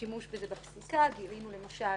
השימוש בזה בפסיקה וגילינו, למשל,